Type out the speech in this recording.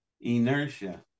inertia